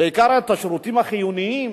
בעיקר את השירותים החיוניים,